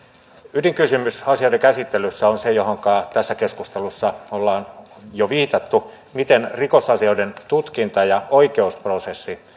ydinkysymys asioiden käsittelyssä on se johonka tässä keskustelussa ollaan jo viitattu miten rikosasioiden tutkinta ja oikeusprosessi